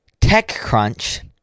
TechCrunch